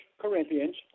Corinthians